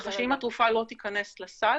כך שאם התרופה לא תיכנס לסל